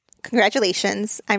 congratulations